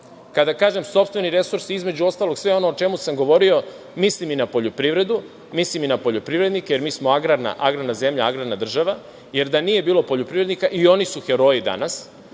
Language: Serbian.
Kada kažem sopstveni resursi, između ostalog, sve ono o čemu sam govorio, mislim i na poljoprivredu, mislim i na poljoprivrednike, jer mi smo agrarna zemlja, agrarna država. Jer, da nije bilo poljoprivrednika, i oni su heroji danas,